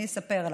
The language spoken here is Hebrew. אני אספר לך,